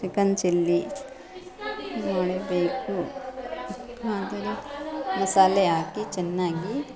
chicken chilli ಮಾಡಬೇಕು ಆದರೆ ಮಸಾಲೆ ಹಾಕಿ ಚೆನ್ನಾಗಿ